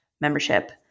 membership